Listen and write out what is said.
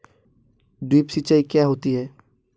Drip सिंचाई क्या होती हैं?